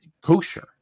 kosher